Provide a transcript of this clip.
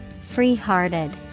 Free-hearted